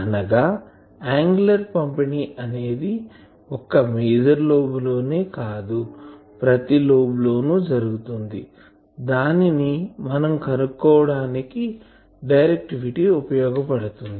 అనగా యాంగులర్ పంపిణి అనేది ఒక్క మేజర్ లోబ్ లోనే కాదు ప్రతి లోబ్ లోను జరుగుతుంది దానిని మనం కనుక్కోవడానికి డైరెక్టివిటీ ఉపయోగపడుతుంది